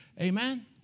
Amen